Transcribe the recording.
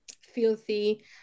filthy